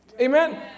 Amen